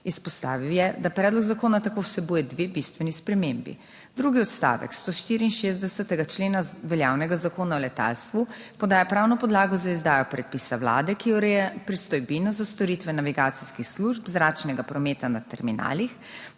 Izpostavil je, da predlog zakona tako vsebuje dve bistveni spremembi. Drugi odstavek 164. člena veljavnega Zakona o letalstvu podaja pravno podlago za izdajo predpisa Vlade, ki ureja pristojbino za storitve navigacijskih služb zračnega prometa na terminalih,